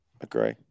agree